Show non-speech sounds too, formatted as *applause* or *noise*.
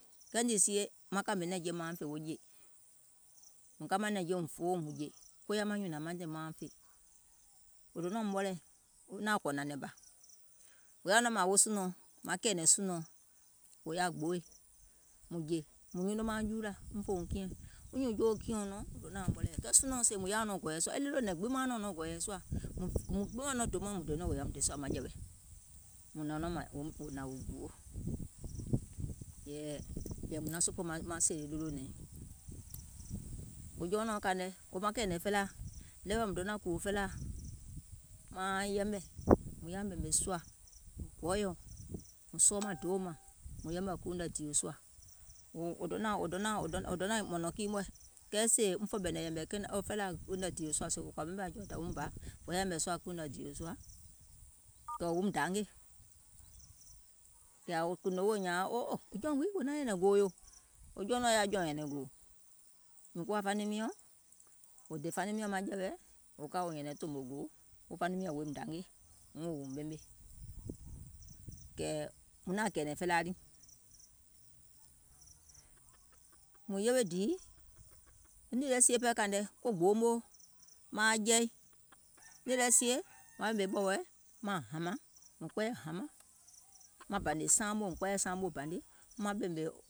Kɛɛ nìì sie maŋ kàmè nɛ̀ŋje mauŋ fè wo jè, mùŋ kamȧŋ nɛ̀ŋje mùŋ fòuŋ wò jè, koya maŋ nyùnȧŋ maŋ ɓemè mauŋ fè, wò donȧum ɓɔlɛ̀ɛ̀, wo naȧŋ kɔ̀ nɛ̀nɛ̀ŋ bȧ, wò yaȧ nɔŋ mȧȧŋ wo sunɔ̀ɔŋ, maŋ kɛ̀ɛ̀nɛ̀ŋ wò yaȧ gbooì, mùŋ jè mùŋ nyɛnɛŋ mauŋ juulȧ, wo nyuùŋ joo kiɛ̀uŋ nɔŋ wò donȧuŋ ɓɔlɛ̀ɛ̀, wo sunɔ̀ɔŋ sèè mùŋ yȧauŋ gɔ̀ɔ̀yɛ̀ sùȧ, e ɗolònɛ̀ŋ gbiŋ sèè maiŋ nɔŋ nɔ̀ŋ gɔ̀ɔ̀yɛ̀ sùȧ mùŋ ɓemȧŋ nɔŋ dòmaŋ mùŋ nɔ̀ŋ kɔɔyɛ wò yȧùm dè sùȧ maŋjɛ̀wɛ, mùŋ hnȧŋ nɔŋ wò hnȧŋ wò gbuwo, ye- yɛ̀ìum maŋ sòpoò maŋ sèèlè ɗolonɛ̀ɛŋ. Wo jɔunɔ̀ɔŋ kàìŋ nɛ, e ɗeweɛ̀ mùŋ donȧŋ kùwò felaa, maaŋ yɛmɛ̀, mùŋ yaȧ ɓèmè sùȧ mùŋ gɔɔyɛ̀uŋ, mùŋ sɔɔ maŋ deèuŋ mȧŋ, *noise* mùŋ yɛmɛ̀ kiiuŋ nɛ dììò sùȧ, wò donȧŋ wò donȧŋ wò donȧŋ mɔ̀nɔ̀ŋ kii mɔ̀ɛ̀, kɛɛ sèè mùŋ fè ɓɛ̀nɛ̀ŋ yɛ̀mɛ̀ felaaȧ kiiuŋ nɛ̀ dììò sùȧ sèè wò kɔ̀ȧ yɛmɛ̀ jɔùŋ dàwium bà wò yaȧ yɛ̀mɛ̀ sùȧ kiiuŋ nɛ̀ dììò sùà, kɛ̀ wòum dangè, kɛ̀ ȧŋ kùùnò wòo nyȧȧŋ wo jɔùŋ wii wò naŋ nyɛ̀nɛ̀ŋ gòò yò, wo jɔunɔ̀ɔŋ yaȧ jɔùŋ nyɛ̀nɛ̀ŋ gòò, mìŋ kuwa faniŋ miɔ̀ŋ, wò dè faniŋ miɔ̀ŋ maŋjɛ̀wɛ wòim dangè, wò ka wò nyɛ̀nɛ̀ŋ tòmò gòò wo faniŋ miɔ̀ŋ wòim dangè wuŋ wòuŋ ɓemè, kɛ̀ muŋ naȧŋ kɛ̀ɛ̀nɛ̀ŋ felaa niŋ. Mùŋ yewe dìì nìì lɛ kàìŋ nɛ sie ko gboo moo maaŋ jɛi, *noise* nìì lɛ sie maŋ ɓèmè ɓɔ̀wɔ̀ɛ maŋ hȧmȧŋ, mùŋ kpɛɛyɛ̀ hȧmaŋ maŋ bȧnè saaŋ moo mùŋ kpɛɛyɛ̀ saaŋ moo bȧne maŋ ka maŋ ɓèmè.